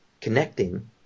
connecting